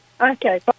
Okay